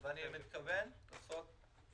אני מתכוון לעשות לזה סוף.